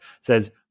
says